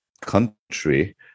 country